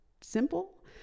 simple